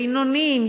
בינוניים,